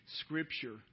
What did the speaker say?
Scripture